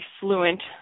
fluent